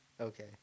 Okay